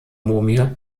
mumie